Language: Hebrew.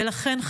ולכן,